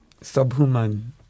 subhuman